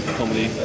comedy